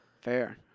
Fair